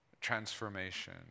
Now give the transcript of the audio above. transformation